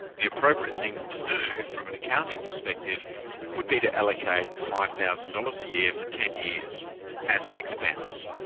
the appropriate thing to do from an accounting perspective would be to allocate five thousand dollars a year for ten years as an expense.